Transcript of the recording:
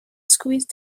squeezed